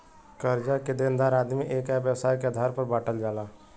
कर्जा के देनदार आदमी या एक व्यवसाय के आधार पर बांटल जाला